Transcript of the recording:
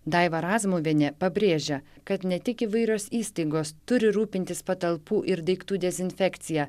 daiva razmuvienė pabrėžia kad ne tik įvairios įstaigos turi rūpintis patalpų ir daiktų dezinfekcija